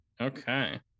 Okay